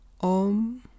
Om